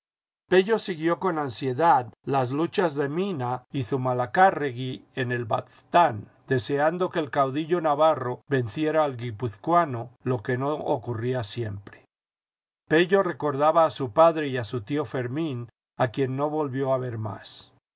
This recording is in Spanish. siguió con ansiedad las luchas de mina y zumalacárregui en el baztán deseando que el caudillo navarro venciera al guipuzcoano lo que no ocurría siempre pello recordaba a su padre y a su tío fermín a quien no volvió a ver más